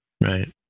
Right